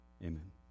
Amen